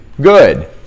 good